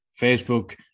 Facebook